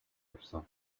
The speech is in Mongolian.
явсан